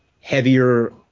heavier